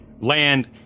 land